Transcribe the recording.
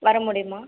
வரமுடியுமா